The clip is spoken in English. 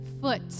foot